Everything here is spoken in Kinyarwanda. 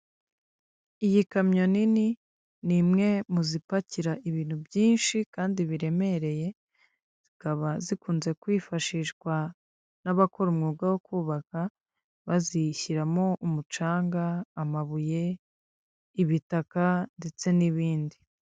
Iyi kamyo nini ni imwe mu zipakira ibintu byinshi kandi biremereye, zikaba zikunze kwifashishwa n'abakora umwuga wo kubaka, bazishyiramo umucanga, amabuye, ibitaka ndetse n'ibindi.